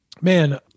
Man